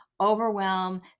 overwhelm